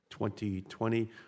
2020